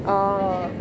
orh